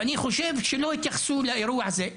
ואני חושב שלא התייחסו לאירוע הזה.